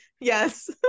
Yes